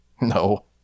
No